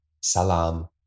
Salam